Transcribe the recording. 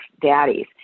daddies